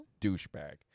douchebag